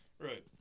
Right